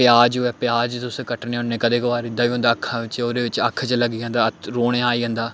प्याज होऐ प्याज तुस कट्टने होन्ने कदें कभार होंदा अक्खां ओह्दे बिच्च अक्ख च लग्गी जंदा रौने आई जंदा